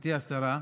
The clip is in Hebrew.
גברתי השרה,